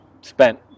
spent